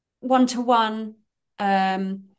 one-to-one